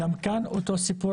וגם כאן אותו סיפור,